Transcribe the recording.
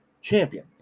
champion